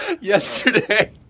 Yesterday